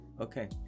Okay